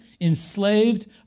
enslaved